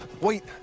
Wait